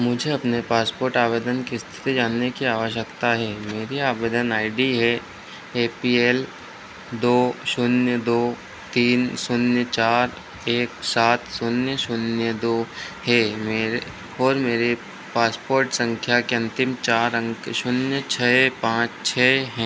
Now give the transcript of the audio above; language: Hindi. मुझे अपने पासपोर्ट आवेदन की स्थिति जानने की आवश्यकता है मेरी आवेदन आई डी है ए पी एल दो शून्य दो तीन शून्य चार एक सात शून्य शून्य दो है मेरे और मेरी पासपोर्ट संख्या के अंतिम चार अंक शून्य छः पाँच छः हैं